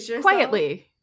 quietly